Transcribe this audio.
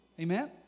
Amen